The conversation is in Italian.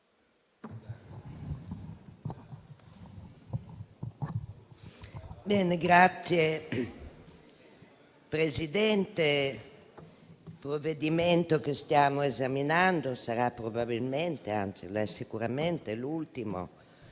Signora Presidente, il provvedimento che stiamo esaminando sarà probabilmente - anzi sicuramente - l'ultimo